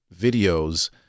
videos